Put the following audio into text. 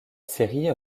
série